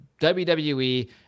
WWE